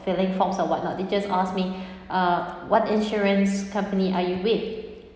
filling forms or whatnot they just asked me uh what insurance company are you with